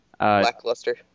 lackluster